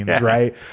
right